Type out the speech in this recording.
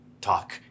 talk